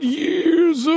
years